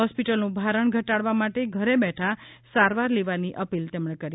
હોસ્પિટલનું ભારણ ઘટાડવા માટે ઘેર બેઠા સારવાર લેવા ની અપીલ તેમણે કરી હતી